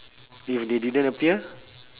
if they didn't appear